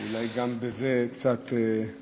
אולי גם בזה נשתמש.